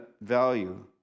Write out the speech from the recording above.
value